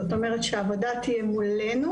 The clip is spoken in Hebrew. זאת אומרת שהעבודה תהיה מולנו,